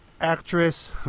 actress